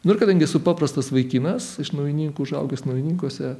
nu ir kadangi esu paprastas vaikinas iš naujininkų užaugęs naujininkuose